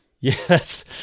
Yes